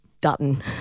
Dutton